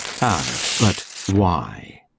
ay, but why?